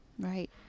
right